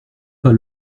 pas